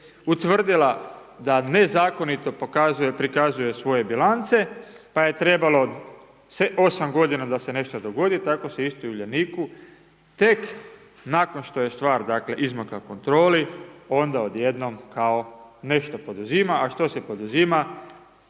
utvrdila da nezakonito prikazuje svoje bilance pa je trebalo 8 godina da se nešto dogodi, tako se isto i Uljaniku tek nakon što je stvar dakle izmakla kontroli, onda od jednom nešto poduzima, a što se poduzima,